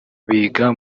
biga